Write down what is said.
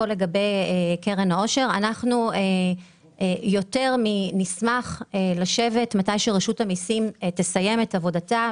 אנחנו יותר מנשמח לשבת מתי שרשות המסים תסיים את עבודתה.